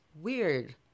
weird